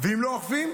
ואם לא אוכפים,